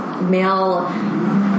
male